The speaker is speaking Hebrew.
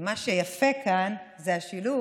ומה שיפה כאן זה השילוב.